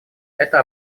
это